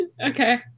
Okay